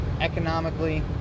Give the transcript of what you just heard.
economically